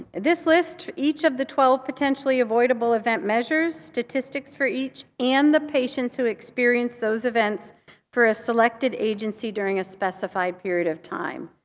this lists each of the twelve potentially avoidable event measures, statistics for each and the patients who experience those events for a selected agency during a specified period of time.